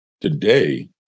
Today